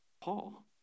Paul